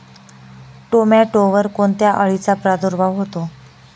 टोमॅटोवर कोणत्या अळीचा प्रादुर्भाव होतो?